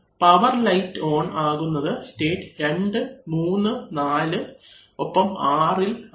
power light on ആകുന്നത് state 2 3 4 6 ഇൽ ആണ്